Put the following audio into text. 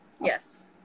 Yes